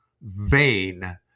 vain